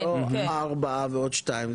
כן זה לא ארבע ועוד שניים,